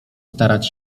starać